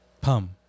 pum